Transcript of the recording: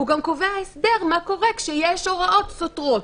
הוא גם קובע הסדר מה קורה כשיש הוראות סותרות.